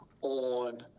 on